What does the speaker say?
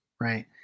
right